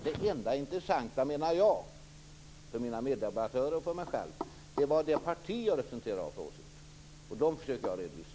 Det enda intressanta för mig och mina meddebattörer är vad det parti som jag representerar har för åsikt. Det har jag försökt redovisa.